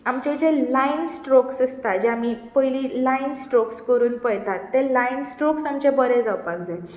आमचे जे line strokes आसतां जे आमी पयलीं लायन स्ट्रोक्स करून पळयतात ते लायन स्ट्रोकस आमचे बरे जावपाक जाय